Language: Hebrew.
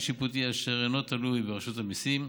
שיפוטי אשר אינו תלוי ברשות המיסים.